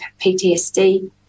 PTSD